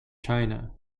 china